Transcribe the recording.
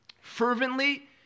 fervently